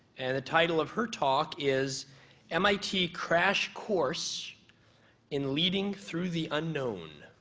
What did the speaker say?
and the title of her talk is mit crash course in leading through the unknown.